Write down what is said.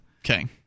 Okay